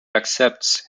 accepts